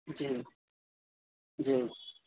جی جی